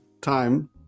time